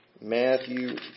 Matthew